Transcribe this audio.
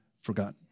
forgotten